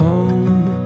Home